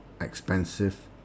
expensive